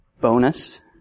bonus